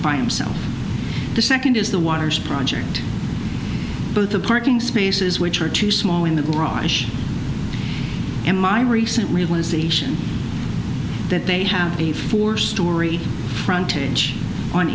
by himself the second is the waters project both the parking spaces which are too small in the garage and my recent realization that they have a four storey frontage on